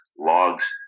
logs